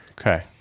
Okay